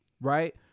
Right